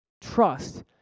trust